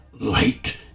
light